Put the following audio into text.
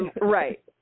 Right